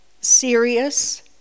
serious